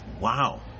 Wow